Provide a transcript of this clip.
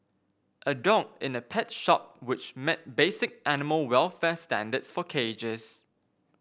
a dog in a pet shop which met basic animal welfare standards for cages